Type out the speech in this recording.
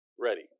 ready